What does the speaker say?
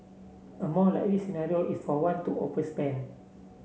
a more likely scenario is for one to overspend